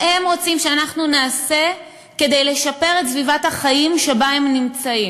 מה הם רוצים שאנחנו נעשה כדי לשפר את סביבת החיים שבה הם נמצאים.